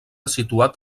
situat